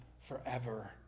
forever